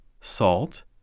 salt